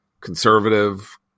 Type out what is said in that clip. conservative